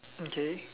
okay